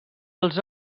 els